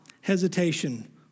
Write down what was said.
hesitation